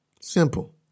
Simple